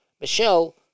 Michelle